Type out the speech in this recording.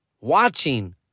Watching